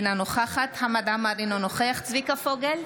אינה נוכחת חמד עמאר, אינו נוכח צביקה פוגל,